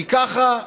כי ככה היהדות,